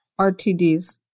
RTDs